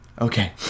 Okay